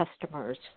customers